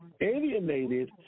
alienated